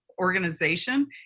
organization